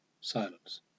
Silence